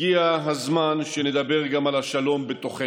הגיע הזמן שנדבר גם על השלום בתוכנו.